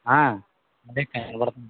అదే టైం పడుతుంది